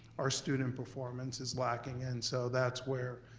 our student performance is lacking. and so that's where,